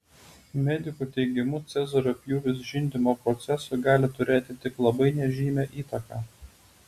medikų teigimu cezario pjūvis žindymo procesui gali turėti tik labai nežymią įtaką